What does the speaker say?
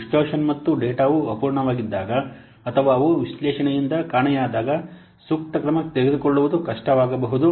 distortion ಮತ್ತು ಡೇಟಾವು ಅಪೂರ್ಣವಾಗಿದ್ದಾಗ ಅಥವಾ ಅವು ವಿಶ್ಲೇಷಣೆಯಿಂದ ಕಾಣೆಯಾದಾಗ ಸೂಕ್ತ ಕ್ರಮ ತೆಗೆದುಕೊಳ್ಳುವುದು ಕಷ್ಟವಾಗಬಹುದು